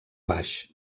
baix